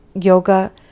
yoga